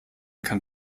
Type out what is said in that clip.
kann